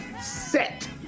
set